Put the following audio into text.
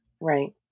Right